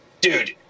dude